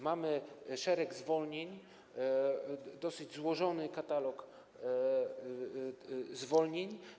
Mamy szereg zwolnień, dosyć złożony katalog zwolnień.